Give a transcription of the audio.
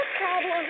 problem